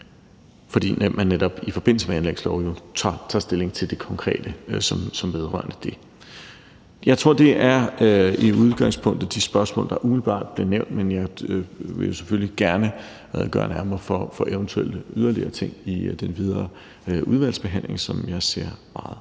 fordi man netop i forbindelse med anlægsloven jo tager stilling til det konkrete, som vedrører det. Jeg tror, det i udgangspunktet er de spørgsmål, der umiddelbart blev nævnt. Men jeg vil jo selvfølgelig gerne redegøre nærmere for eventuelle yderligere ting i den videre udvalgsbehandling, som jeg ser meget